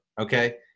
okay